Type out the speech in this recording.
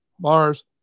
mars